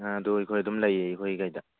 ꯑꯥ ꯑꯗꯨ ꯑꯩꯈꯣꯏ ꯑꯗꯨꯃ ꯂꯩꯌꯦ ꯑꯩꯈꯣꯏꯒꯤ ꯀꯩꯗ